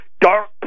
dark